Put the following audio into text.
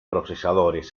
procesadores